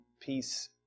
peace